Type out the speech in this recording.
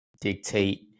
dictate